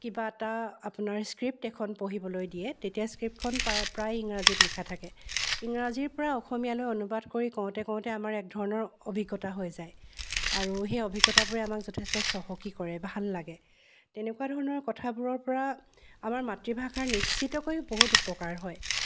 কিবা এটা আপোনাৰ স্ক্ৰিপ্ট এখন পঢ়িবলৈ দিয়ে তেতিয়া স্ক্ৰিপ্টখন প্ৰায় ইংৰাজীত লিখা থাকে ইংৰাজীৰপৰা অসমীয়ালৈ অনুবাদ কৰি কওঁতে কওঁতে আমাৰ এক ধৰণৰ অভিজ্ঞতা হৈ যায় আৰু সেই অভিজ্ঞতাবোৰে আমাক যথেষ্ট চহকী কৰে ভাল লাগে তেনেকুৱা ধৰণৰ কথাবোৰৰপৰা আমাৰ মাতৃভাষাৰ নিশ্চিতকৈ বহুত উপকাৰ হয়